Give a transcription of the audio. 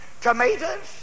tomatoes